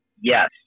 Yes